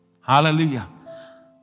Hallelujah